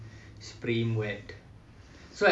spray him wet